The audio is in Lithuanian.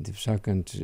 taip sakant